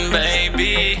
baby